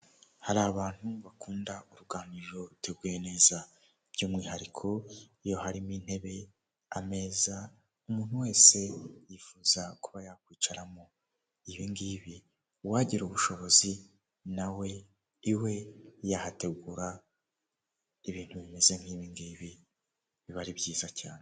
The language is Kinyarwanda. Imodoka y'umutuku ifite ibirahuri by'umukara itwawe n'umutwazi wambaye imyenda ya kaki n'isaha y'umukara kukuboko ahagaritswe n'umupolisi wambaye imyenda y'akazi hari ibiti bitandukanye indabyo, ndetse n'inyubako nyinshi.